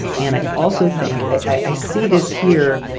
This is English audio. and i also think i see this here.